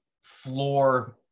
floor